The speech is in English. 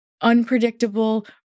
Unpredictable